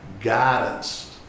guidance